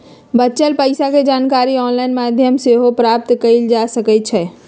बच्चल पइसा के जानकारी ऑनलाइन माध्यमों से सेहो प्राप्त कएल जा सकैछइ